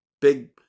big